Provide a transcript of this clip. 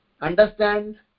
Understand